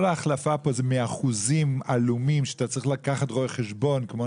כל ההחלפה פה זה מאחוזים עלומים שאתה צריך לקחת רואה חשבון כמו